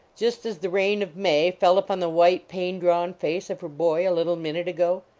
just as the rain of may fell upon the white, pain-drawn face of her boy a little minute ago.